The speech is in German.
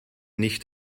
nicht